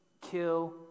kill